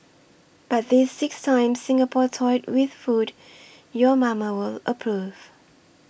but these six times Singapore toyed with food your mama will approve